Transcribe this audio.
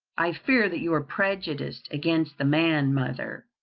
i fear that you are prejudiced against the man, mother.